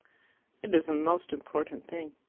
it is a most important thing.